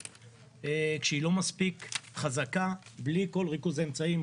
כשהיא לא מספיק חזקה בלי כל ריכוז האמצעים.